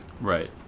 Right